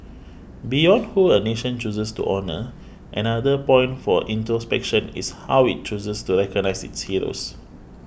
beyond who a nation chooses to honour another point for introspection is how it chooses to recognise its heroes